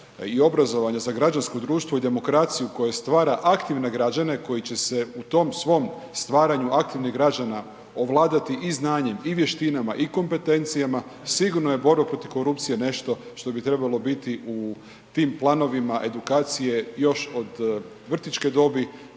i obrazovanja za građansko društvo i demokraciju koje stvara aktivne građane koji će se u tom svom stvaranju aktivnih građana ovladati i znanjem i vještinama i kompetencijama sigurno je borba protiv korupcije nešto što bi trebalo biti u tim planovima edukacije još od vrtićke dobi,